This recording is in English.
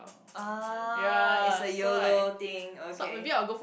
uh it's a Yolo thing okay